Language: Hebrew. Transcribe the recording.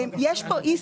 יש כאן אי